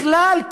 בכלל,